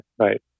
Right